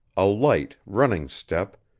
a light, running step,